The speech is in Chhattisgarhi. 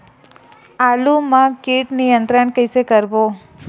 आलू मा कीट नियंत्रण कइसे करबो?